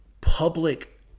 public